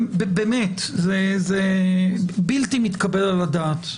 זה בלתי מתקבל על הדעת,